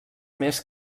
més